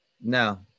no